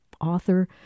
author